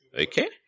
Okay